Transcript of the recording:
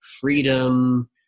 freedom